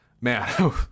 man